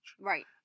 Right